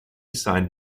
signed